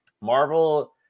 marvel